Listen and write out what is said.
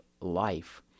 life